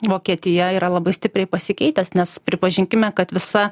vokietija yra labai stipriai pasikeitęs nes pripažinkime kad visa